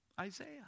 Isaiah